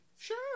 Sure